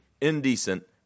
indecent